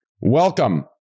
Welcome